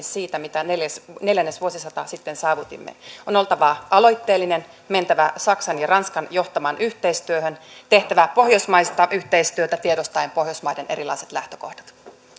siitä mitä neljännesvuosisata sitten saavutimme on oltava aloitteellinen mentävä saksan ja ranskan johtamaan yhteistyöhön tehtävä pohjoismaista yhteistyötä tiedostaen pohjoismaiden erilaiset lähtökohdat sitten